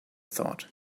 thought